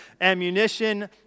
ammunition